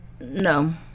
no